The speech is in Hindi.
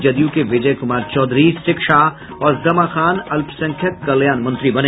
जदयू के विजय कुमार चौधरी शिक्षा और ज़मा ख़ान अल्पसंख्यक कल्याण मंत्री बने